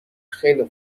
خیلی